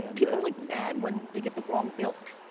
ah people like mad when they get the wrong milk.